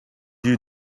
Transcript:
you